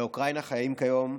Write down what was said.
באוקראינה חיים כיום,